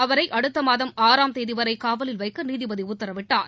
அவரை அடுத்த மாதம் ஆறாம் தேதி வரை காவலில் வைக்க நீதிபதி உத்தரவிட்டார்